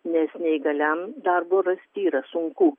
nes neįgaliam darbo rasti yra sunku